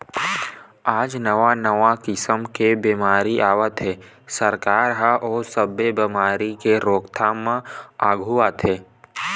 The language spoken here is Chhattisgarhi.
आज नवा नवा किसम के बेमारी आवत हे, सरकार ह ओ सब्बे बेमारी के रोकथाम म आघू आथे